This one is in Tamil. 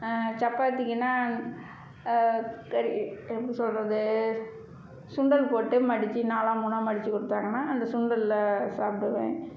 சப்பாத்திக்குனா எப்படி சொல்கிறது சுண்டல் போட்டு மடித்து நாலாக மூணாக மடித்து கொடுத்தாங்கனா அந்த சுண்டலில் சாப்பிடுவேன்